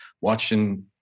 watching